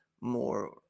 more